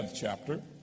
chapter